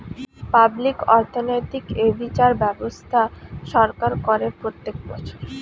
public অর্থনৈতিক এ বিচার ব্যবস্থা সরকার করে প্রত্যেক বছর